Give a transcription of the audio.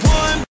one